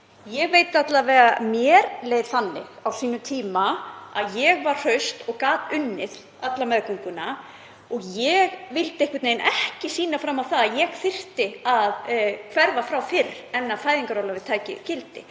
Ég veit alla vega að mér leið þannig á sínum tíma að ég væri hraust og gæti unnið alla meðgönguna. Ég vildi einhvern veginn ekki sýna fram á að ég þyrfti að hverfa frá fyrr en fæðingarorlofið tæki gildi.